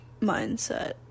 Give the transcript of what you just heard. mindset